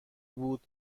بود